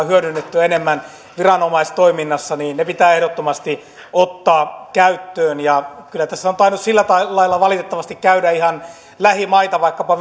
hyödynnettyä enemmän viranomaistoiminnassa pitää ehdottomasti ottaa käyttöön kyllä tässä on tainnut sillä lailla lailla valitettavasti käydä ihan lähimaihin vaikkapa